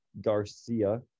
Garcia